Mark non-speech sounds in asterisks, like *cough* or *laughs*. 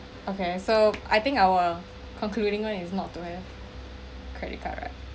okay so I think our concluding [one] is not to have credit card right *laughs*